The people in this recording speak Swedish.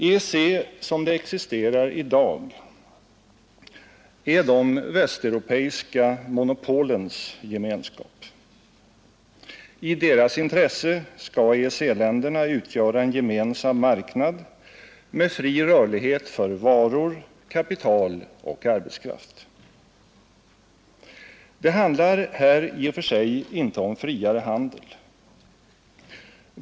EEC som det existerar i dag är de västeuropeiska monopolens gemenskap. I deras intresse skall EEC-länderna utgöra en gemensam marknad med fri rörlighet för varor, kapital och arbetskraft. Det handlar här i och för sig inte om friare handel.